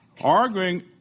arguing